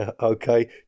okay